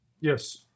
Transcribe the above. Yes